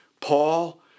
Paul